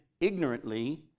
ignorantly